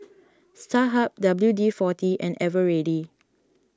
Starhub W D forty and Eveready